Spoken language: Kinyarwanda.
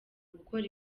gukora